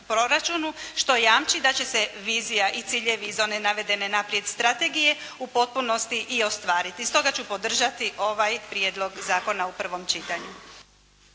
što jamči da će se vizija i ciljevi iz one navedene naprijed strategije u potpunosti i ostvariti. I stoga ću podržati ovaj prijedlog zakona u prvom čitanju.